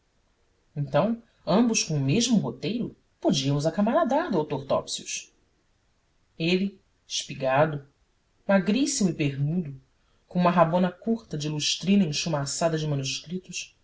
então ambos com o mesmo roteiro podíamos acamaradar doutor topsius ele espigado magríssimo e pernudo com uma rabona curta de lustrina enchumaçada de manuscritos